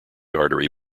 artery